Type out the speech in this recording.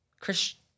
Christian